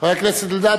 חבר הכנסת אלדד,